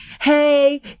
Hey